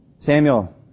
Samuel